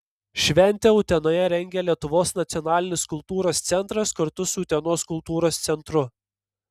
šventę utenoje rengia lietuvos nacionalinis kultūros centras kartu su utenos kultūros centru